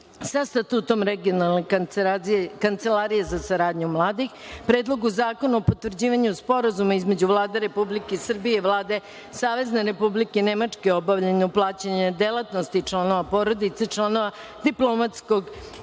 sa Statutom Regionalne kancelarije za saradnju mladih; Predlogu zakona o potvrđivanju Sporazuma između Vlade Republike Srbije i Vlade Savezne Republike Nemačke o obavljanju plaćene delatnosti članova porodice članova diplomatskog